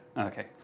Okay